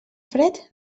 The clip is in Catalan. fred